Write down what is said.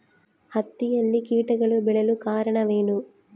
ಹತ್ತಿಯಲ್ಲಿ ಕೇಟಗಳು ಬೇಳಲು ಕಾರಣವೇನು?